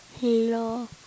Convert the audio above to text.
Hello